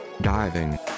Diving